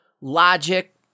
logic